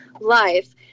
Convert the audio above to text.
life